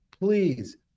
please